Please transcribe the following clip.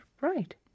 right